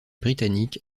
britanniques